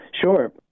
Sure